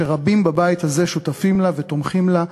שרבים בבית הזה שותפים לה ותומכים בה,